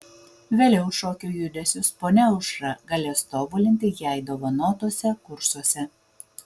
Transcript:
vėliau šokio judesius ponia aušra galės tobulinti jai dovanotuose kursuose